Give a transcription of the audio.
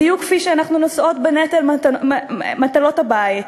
בדיוק כפי שאנחנו נושאות בנטל מטלות הבית,